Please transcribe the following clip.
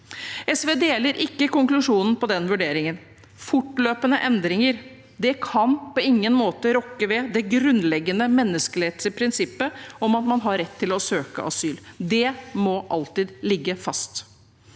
SV deler ikke konklusjonen i den vurderingen. Fortløpende endringer kan på ingen måte rokke ved det grunnleggende menneskerettslige prinsippet om at man har rett til å søke asyl. Det må alltid ligge fast.